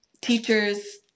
Teachers